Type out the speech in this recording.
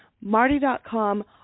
Marty.com